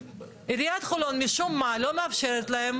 עיריית חולון, משום מה, לא מאפשרת להם,